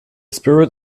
spirit